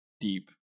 deep